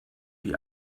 wie